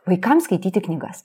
vaikams skaityti knygas